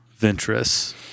Ventress